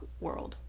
world